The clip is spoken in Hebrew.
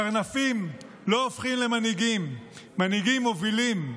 קרנפים לא הופכים למנהיגים, מנהיגים מובילים.